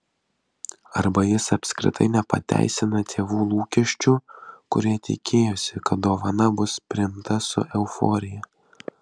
arba jis apskritai nepateisina tėvų lūkesčių kurie tikėjosi kad dovana bus priimta su euforija